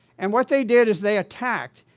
and what they did is, they attacked.